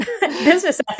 business